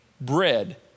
bread